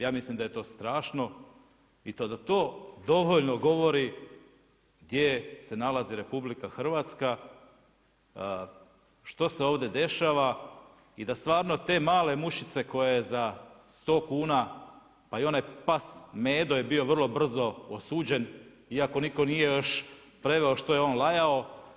Ja mislim da je to strašno i da to dovoljno govori gdje se nalazi RH, što se ovdje dešava i da stvarno te male mušice koje za sto kuna, pa i onaj pas Medo je bio vrlo brzo osuđen, iako nitko nije još preveo što je on lajao.